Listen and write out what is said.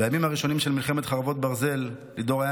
בימים הראשונים של מלחמת חרבות ברזל לידור היה